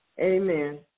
Amen